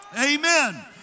Amen